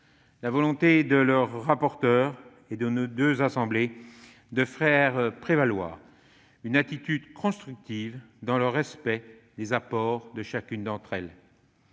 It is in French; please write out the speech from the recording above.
spéciales, de leurs rapporteurs et de nos deux assemblées de faire prévaloir une attitude constructive, dans le respect des apports de chacune d'elles.